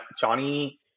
Johnny